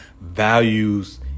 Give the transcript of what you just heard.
values